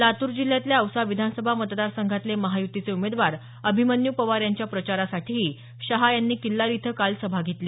लातूर जिल्ह्यातल्या औसा विधानसभा मतदारसंघातले महायुतीचे उमेदवार अभिमन्यू पवार यांच्या प्रचारासाठीही शहा यांनी किल्लारी इथं काल सभा घेतली